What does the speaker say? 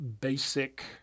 basic